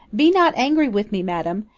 be not angry with me, madam,